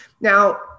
Now